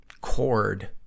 cord